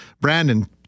Brandon